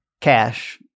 cash